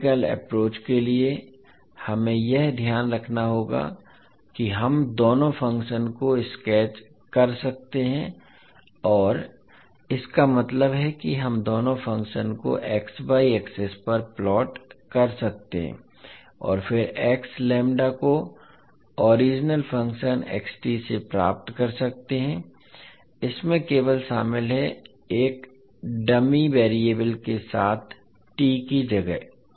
graphical approach के लिए हमें यह ध्यान रखना होगा कि हम दोनों फंक्शंस को स्केच कर सकते हैं और इसका मतलब है कि हम दोनों फंक्शन को xy एक्सिस पर प्लॉट कर सकते हैं और फिर को ओरिजिनल फंक्शन से प्राप्त कर सकते हैं इसमें केवल शामिल है एक डमी चर के साथ टी की जगह